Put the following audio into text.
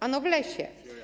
Ano w lesie.